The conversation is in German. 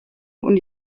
und